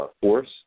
Force